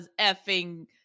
effing